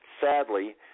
sadly